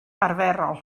arferol